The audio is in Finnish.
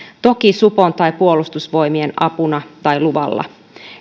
toki supon tai puolustusvoimien apuna tai luvalla